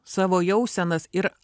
savo jausenas ir